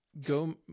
go